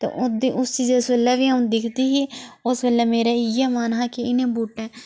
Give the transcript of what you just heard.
ते ओह्दी उसी जिस बेल्ले बी अ'ऊं दिखदी ही ओस बेल्लै मेरा इयै मन हा कि इनें बूहटें